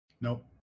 Nope